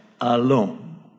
alone